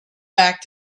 back